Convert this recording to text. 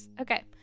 Okay